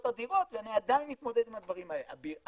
אדירות ואני עדיין מתמודד עם הדברים האלה.